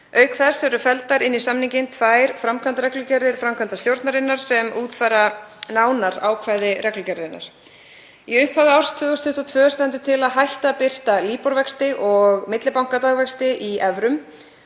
Auk þess eru felldar inn í samninginn tvær framkvæmdarreglugerðir framkvæmdastjórnarinnar sem útfæra nánar ákvæði reglugerðarinnar. Í upphafi árs 2022 stendur til að hætta að birta LIBOR-vexti og millibankadagvexti í evrum